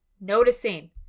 noticing